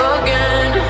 again